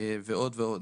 ועוד ועוד.